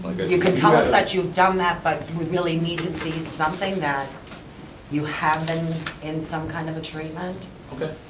you could tell us that you've done that, but we really need to see something that you have been in some kind of a treatment. okay.